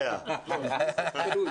טאהא.